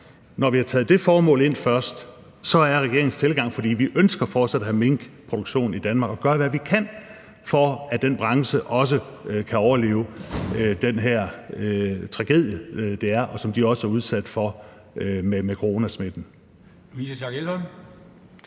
når vi har taget det formål ind først, er regeringens tilgang, at vi ønsker fortsat at have minkproduktion i Danmark, og vi gør, hvad vi kan, for at den branche også kan overleve den her tragedie, det er, og som de også er udsat for med coronasmitten.